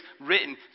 written